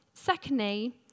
Secondly